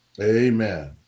Amen